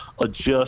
adjust